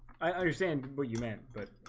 i understand, but you man, but